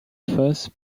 fasse